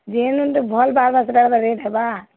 ଯିଏ ତ ଭଲ୍ ଲାଗ୍ବା ସେ ତ ରେଟ୍ ହେବା